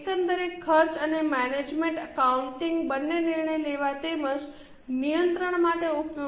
એકંદરે ખર્ચ અને મેનેજમેન્ટ એકાઉન્ટિંગ બંને નિર્ણય લેવા તેમજ નિયંત્રણ માટે ઉપયોગી થશે